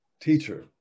teacher